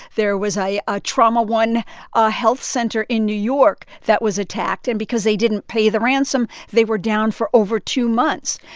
there was a ah trauma one ah health center in new york that was attacked. and because they didn't pay the ransom, they were down for over two months.